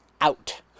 out